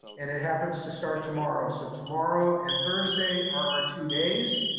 and it happens to start tomorrow. so tomorrow and thursday are our two days.